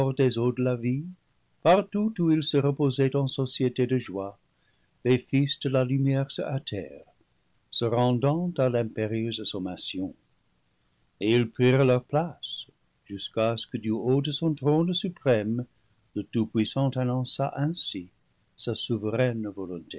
des eaux de la vie partout où ils se reposaient en société de joie les fils de la lumière se hâtèrent se rendant à l'impérieuse sommation et ils prirent leur place jusqu'à ce que du haut de son trône suprême le tout-puissant annonça ainsi sa souveraine volonté